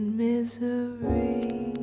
misery